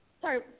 Sorry